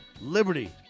liberty